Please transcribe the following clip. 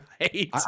Right